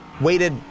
Waited